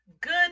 good